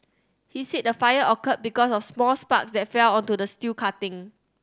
he said the fire occurred because of small sparks that fell onto the steel cutting